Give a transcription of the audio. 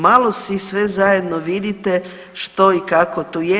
Malo si sve zajedno vidite što i kako tu je.